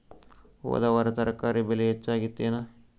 ಹೊದ ವಾರ ತರಕಾರಿ ಬೆಲೆ ಹೆಚ್ಚಾಗಿತ್ತೇನ?